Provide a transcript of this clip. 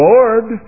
Lord